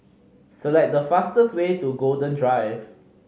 select the fastest way to Golden Drive